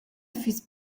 füss